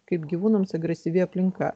kaip gyvūnams agresyvi aplinka